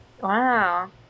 Wow